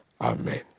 Amen